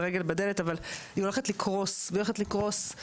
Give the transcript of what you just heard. זאת רגל בדלת אבל היא הולכת לקרוס כי